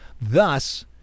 Thus